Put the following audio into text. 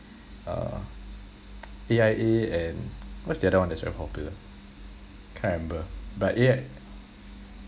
uh A_I_A and what's the other one that's very popular can't remember but yeah